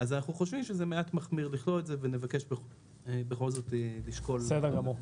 אנחנו חושבים שזה מעט מחמיר לכלול את זה ונבקש בכל זאת לשקול הורדה.